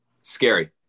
scary